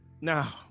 Now